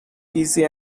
easy